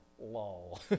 lol